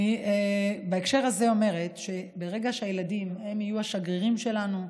בהקשר הזה אני אומרת שברגע שהילדים יהיו השגרירים שלנו,